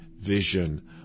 vision